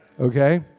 Okay